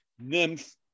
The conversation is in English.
nymph